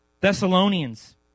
Thessalonians